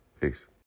Peace